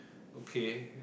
okay